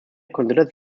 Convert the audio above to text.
considered